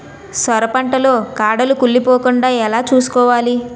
సొర పంట లో కాడలు కుళ్ళి పోకుండా ఎలా చూసుకోవాలి?